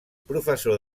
professor